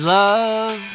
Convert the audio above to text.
love